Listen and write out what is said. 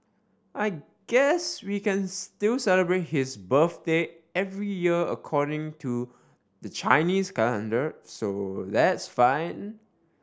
I guess we can still celebrate his birthday every year according to the Chinese calendar so that's fine